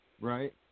Right